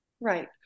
Right